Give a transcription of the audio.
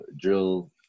drill